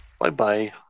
Bye-bye